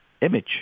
image